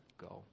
go